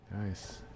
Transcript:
Nice